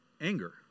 anger